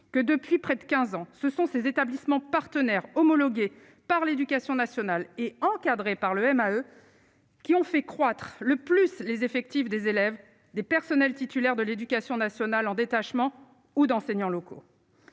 que, depuis près de 15 ans, ce sont ces établissements partenaires homologué par l'Éducation nationale et encadré par le MAE qui ont fait croître le plus : les effectifs des élèves des personnels titulaires de l'Éducation nationale en détachement ou d'enseignants locaux.